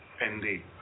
indeed